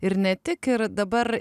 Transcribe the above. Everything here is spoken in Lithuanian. ir ne tik ir dabar